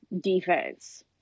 defense